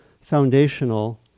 foundational